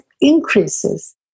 increases